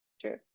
true